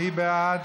מי בעד?